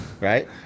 right